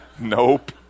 nope